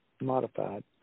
modified